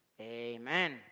Amen